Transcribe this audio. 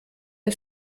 der